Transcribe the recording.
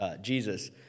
Jesus